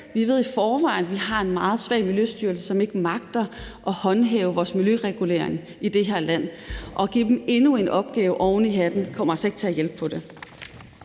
Vi ved i forvejen, at vi har en meget svag Miljøstyrelse, som ikke magter at håndhæve vores miljøregulering i det her land. At give dem endnu en opgave oven i hatten kommer altså ikke til at hjælpe på det.